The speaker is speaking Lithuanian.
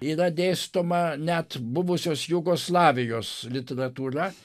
yra dėstoma net buvusios jugoslavijos literatūra